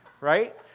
right